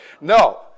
No